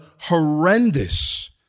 horrendous